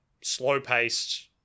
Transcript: slow-paced